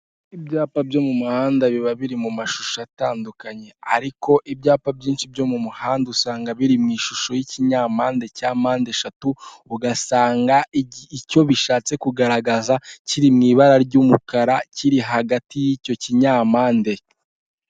Ibyapa byo mu muhanda biba biri mu mashusho atandukanye ariko ibyapa byinshi byo mu muhanda usanga biri mu ishusho y'ikinyampande cya mpande eshatu, ugasanga icyo bishatse kugaragaza kiri mu ibara ry'umukara, kiri hagati y'icyo kinyampande.